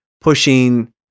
pushing